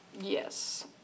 Yes